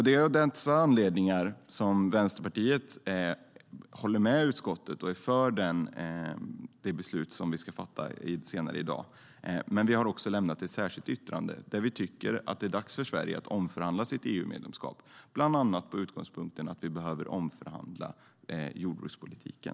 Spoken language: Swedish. Det är av dessa anledningar som Vänsterpartiet håller med utskottet och är för det beslut vi ska fatta senare i dag, men vi har också lämnat ett särskilt yttrande. Vi tycker att det är dags för Sverige att omförhandla sitt EU-medlemskap, bland annat med utgångspunkten att Sverige ska omförhandla den gemensamma jordbrukspolitiken.